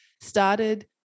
started